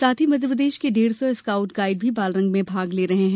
साथ ही मध्यप्रदेश के डेढ़ सौ स्काउट गाइड भी बालरंग में भाग ले रहे हैं